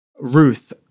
Ruth